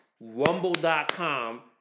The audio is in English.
Rumble.com